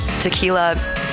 tequila